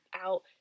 out